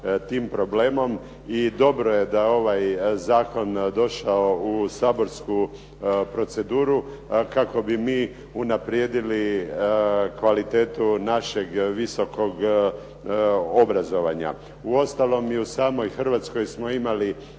tim problemom i dobro je da je ovaj zakon došao u saborsku proceduru kako bi mi unaprijedili kvalitetu našeg visokog obrazovanja. Uostalom, i u samoj Hrvatskoj smo imali